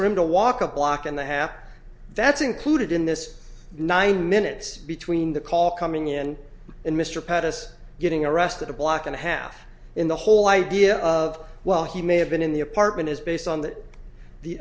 for him to walk a block and a half that's included in this nine minutes between the call coming in and mr pettus getting arrested a block and a half in the whole idea of well he may have been in the apartment is based on that the